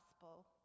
gospel